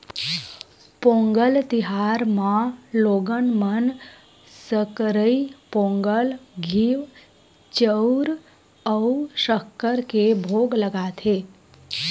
पोंगल तिहार म लोगन मन सकरई पोंगल, घींव, चउर अउ सक्कर के भोग लगाथे